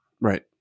right